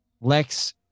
Lex